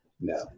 no